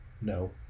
No